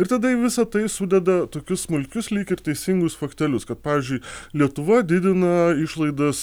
ir tada į visa tai sudeda tokius smulkius lyg ir teisingus faktelius kad pavyzdžiui lietuva didina išlaidas